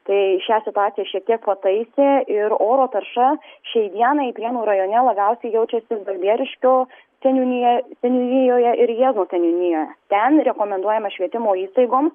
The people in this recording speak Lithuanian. tai šią situaciją šiek tiek pataisė ir oro tarša šiai dienai prienų rajone labiausiai jaučiasi balbieriškio seniūnija seniūnijoje ir jiezno seniūnijoje ten rekomenduojama švietimo įstaigom